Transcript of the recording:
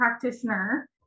practitioner